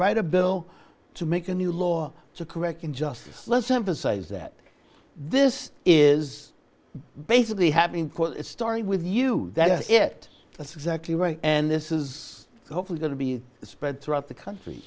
write a bill to make a new law to correct injustice let's emphasize that this is basically happening call it story with you yet that's exactly right and this is hopefully going to be spread throughout the country